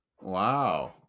Wow